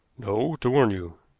no to warn you,